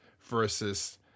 versus